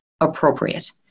appropriate